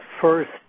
first